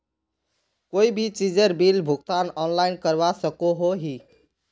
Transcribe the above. कोई भी चीजेर बिल भुगतान ऑनलाइन करवा सकोहो ही?